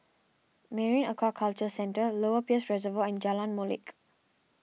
Marine Aquaculture Centre Lower Peirce Reservoir and Jalan Molek